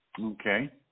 Okay